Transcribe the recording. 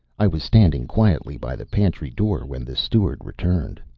i was standing quietly by the pantry door when the steward returned.